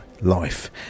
life